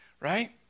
right